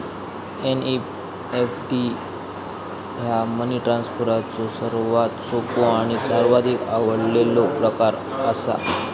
NEFT ह्या money ट्रान्सफरचो सर्वात सोपो आणि सर्वाधिक आवडलेलो प्रकार असा